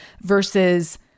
versus